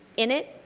in it,